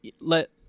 let